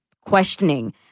questioning